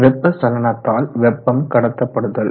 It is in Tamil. வெப்ப சலனத்தால் வெப்பம் கடத்தப்படுதல்